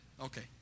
Okay